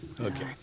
okay